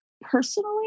personally